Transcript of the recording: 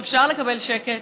אפשר לקבל שקט?